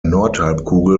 nordhalbkugel